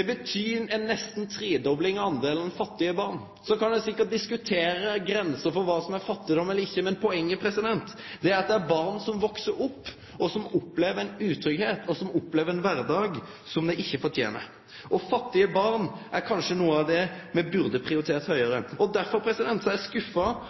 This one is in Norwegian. Det betyr nesten ei tredobling av fattige barn. Ein kan sikkert diskutere grensa for kva som er fattigdom, men poenget er at det er barn som veks opp, som opplever utryggheit og ein kvardag som dei ikkje fortener. Fattige barn er kanskje noko av det me burde ha prioritert høgare. Derfor er eg skuffa